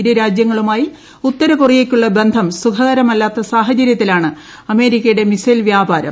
ഇരുരാജ്യങ്ങളുമായി ഉത്തര കൊറിയയ്ക്കുള്ള ബന്ധം സുഖകരമല്ലാത്ത സാഹചര്യത്തിലാണ് അമേരിക്കയുടെ മിസൈൽ വ്യാപാരം